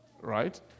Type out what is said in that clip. right